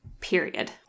Period